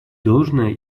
должное